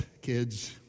kids